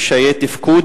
קשיי תפקוד,